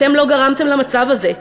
אתם לא גרמתם למצב הזה.